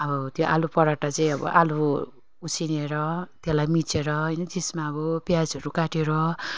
अब त्यो अलि पराठा चाहिँ अब अलि उसिनेर त्यसलाई मिचेर होइन त्यसमा अब प्याजहरू काटेर